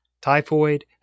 typhoid